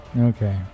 Okay